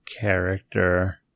character